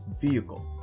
vehicle